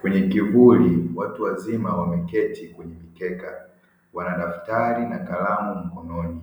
Kwenye kivuli watu wazima wameketi kwenye mkeka wana daftari na kalamu mkononi,